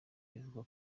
bivugwa